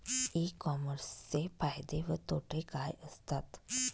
E कॉमर्सचे फायदे व तोटे काय असतात?